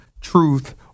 truth